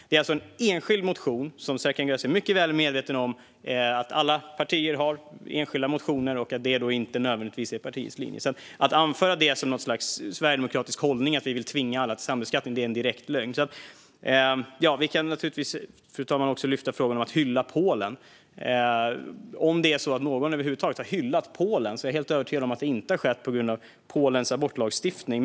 Det är alltså en enskild motion. Serkan Köse är mycket väl medveten om att alla partier har enskilda motioner och att de inte nödvändigtvis följer partiets linje, så att anföra det som någon sorts sverigedemokratisk hållning att vi vill tvinga alla till sambeskattning är en direkt lögn. Fru talman! Vi kan också ta upp frågan om att hylla Polen. Om det är så att någon över huvud taget har hyllat Polen är jag helt övertygad om att det inte har skett på grund av Polens abortlagstiftning.